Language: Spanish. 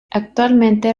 actualmente